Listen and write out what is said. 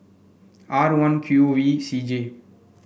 R one Q V C J